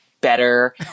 better